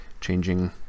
changing